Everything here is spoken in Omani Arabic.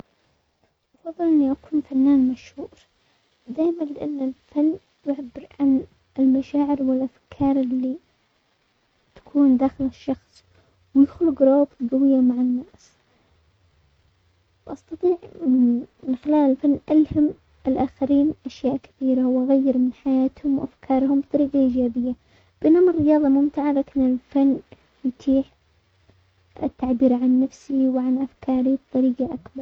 افضل اني اكون فنان مشهور دايما، لان الفن يعبر عن المشاعر والافكار اللي تكون داخل الشخص ويدخل قروب قوية مع الناس، واستطيع من خلال الفن الهم الاخرين باشياء كثيرة واغير من حياتهم وافكارهم بطريقة ايجابية، بينما الرياضة ممتعة لكن الفن يتيح التعبير عن نفسي وعن افكاري بطريقة اكبر.